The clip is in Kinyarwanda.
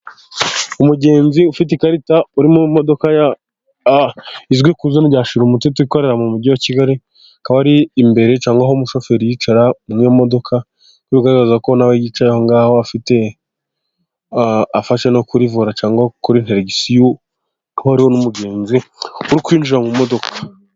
Umugenzi ufite ikarita uri mu modoka izwi ku zo rya shirumuteto, ikorera mu mujyi wa kigali akaba ari imbere cyangwa nkaho umushoferi yicara mu modoka, bigaragaza ko nawe yicaye aho ngaho afite cyangwa afashe no kurivura cyangwa kuri nderegisiyo buhoro n'umugenzi uri kwinjira mu modoka.